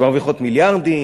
שמרוויחות מיליארדים?